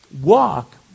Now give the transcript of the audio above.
walk